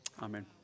Amen